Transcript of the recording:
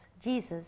Jesus